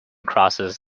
crosses